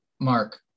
Mark